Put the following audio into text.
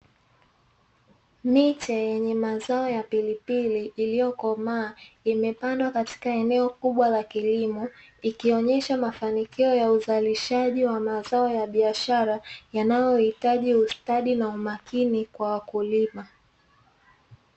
Miche yenye mazao ya pilipili iliyokomaa imepandwa katika eneo kubwa la kilimo, ikoonyesha mafanikio ya uzalishaji wa mazao ya biashara, yanayohitaji ustadi na umakini kwa wakulima.